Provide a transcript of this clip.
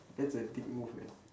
that's a dick move man